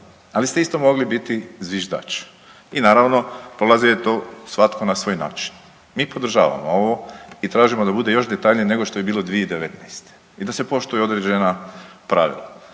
Ali ste isto mogli biti zviždač. I naravno prolazio je to svatko na svoj način. Mi podržavamo ovo i tražimo da bude još detaljnije nego što je bilo 2019. I da se poštuju određena pravila,